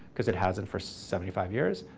because it hasn't for seventy five years.